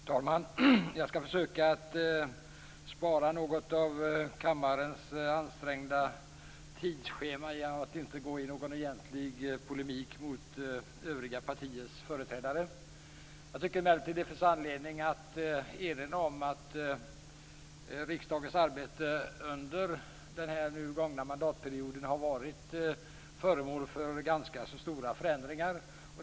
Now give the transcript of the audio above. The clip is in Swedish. Fru talman! Jag skall försöka spara något av kammarens tid genom att inte gå i någon egentlig polemik med övriga partiers företrädare. Jag tycker emellertid att det finns anledning att erinra om att riksdagens arbete under den gångna mandatperioden har varit föremål för ganska stora förändringar.